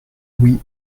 louis